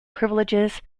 privileges